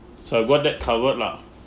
so I got that covered lah